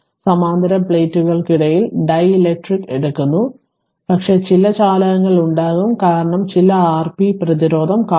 അതിനാൽ സമാന്തര പ്ലേറ്റുകൾക്കിടയിൽ ഡീലക്ട്രിക് എടുക്കുന്നു പക്ഷേ ചില ചാലകങ്ങൾ ഉണ്ടാകും കാരണം ചില Rp പ്രതിരോധം കാണും